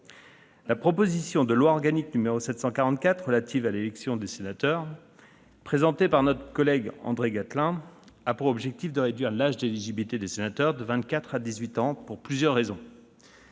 La proposition de loi organique n° 744 relative à l'élection des sénateurs, présentée par notre collègue André Gattolin, a pour objet de réduire l'âge d'éligibilité des sénateurs de vingt-quatre à dix-huit ans pour plusieurs raisons.